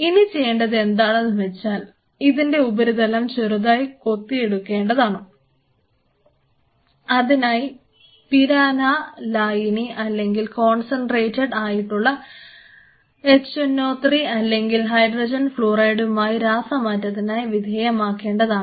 ഇനി ചെയ്യേണ്ടത് എന്താണെന്നുവെച്ചാൽ ഇതിൻറെ ഉപരിതലം ചെറുതായി കൊത്തി എടുക്കുന്നതാണ് അതിനായി ഇതിനെ പിരാന്ഹാ ലായിനി ആയിട്ടുള്ള HNO3 അല്ലെങ്കിൽ HF മായി രാസമാറ്റത്തിനായി വിധേയമാക്കേണ്ടതാണ്